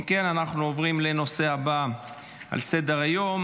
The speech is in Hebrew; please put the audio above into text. אם כן, אנחנו עוברים לנושא הבא על סדר-היום,